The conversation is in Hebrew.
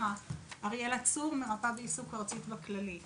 אריאלה צור, מרפאה בעיסוק ב'כללית'.